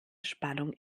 spannung